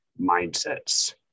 mindsets